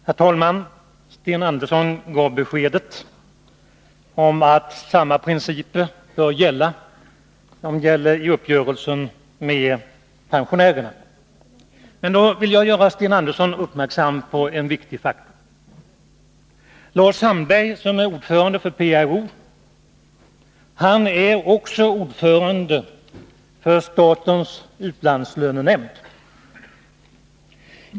Herr talman! Sten Andersson gav beskedet att samma principer bör gälla för de utlandsanställda som gäller vid uppgörelsen med pensionärerna. Men då vill jag göra Sten Andersson uppmärksam på en viktig faktor. Lars Sandberg, som är ordförande för PRO, är också ordförande för statens utlandslönenämnd.